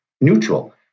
neutral